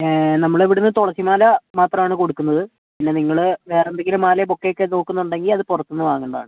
നമ്മളിവിടെനിന്ന് തുളസി മാല മാത്രമാണ് കൊടുക്കുന്നത് പിന്നെ നിങ്ങൾ വേറെ എന്തെങ്കിലും മാലയോ ബൊക്ക ഒക്കെ നോക്കുന്നുണ്ടെങ്കിൽ അത് പുറത്തുനിന്ന് വാങ്ങേണ്ടതാണ്